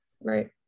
right